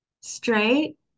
straight